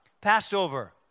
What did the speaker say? Passover